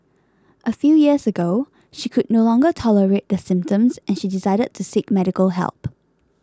a few years ago she could no longer tolerate the symptoms and she decided to seek medical help